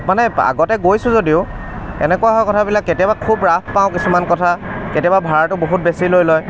মানে আগতে গৈছোঁ যদিও এনেকুৱা হয় কথাবিলাক কেতিয়াবা খুব ৰাফ পাওঁ কিছুমান কথা কেতিয়াবা ভাড়াটো বহুত বেছি লৈ লয়